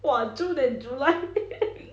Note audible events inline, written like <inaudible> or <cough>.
!wah! june and july <laughs>